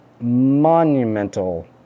monumental